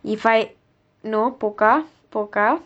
if I no polka polka